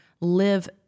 live